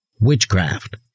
witchcraft